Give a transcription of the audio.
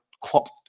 Clock